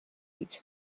its